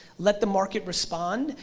let the market respond,